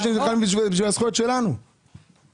שנלחמים למען הזכויות שלהם כמו שאנחנו נלחמים למען הזכויות שלנו.